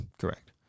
Correct